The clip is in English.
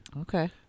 Okay